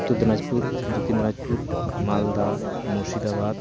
ᱩᱛᱛᱚᱨ ᱫᱤᱱᱟᱡᱽᱯᱩᱨ ᱫᱚᱠᱠᱷᱤᱱ ᱫᱤᱱᱟᱡᱽᱯᱩᱨ ᱢᱟᱞᱫᱟ ᱢᱩᱨᱥᱤᱫᱟᱵᱟᱫᱽ